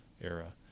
era